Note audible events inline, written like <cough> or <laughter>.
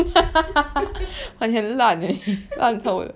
<laughs>